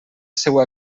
seua